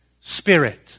spirit